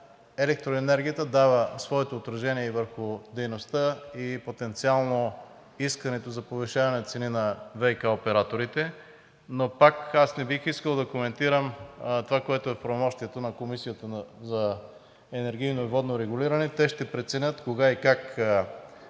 електроенергията дава своето отражение и върху дейността, и потенциално искането за повишаване на цени на ВиК операторите, но не бих искал да коментирам онова, което е в правомощието на Комисията за енергийно и водно регулиране – те ще преценят кога и как